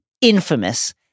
infamous